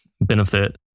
benefit